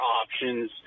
options